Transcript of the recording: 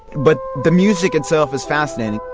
but the music itself is fascinating.